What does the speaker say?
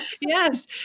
Yes